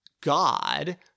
God